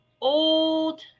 old